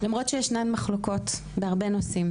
למרות שישנן מחלוקות בהרבה נושאים,